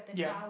yeah